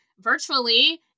virtually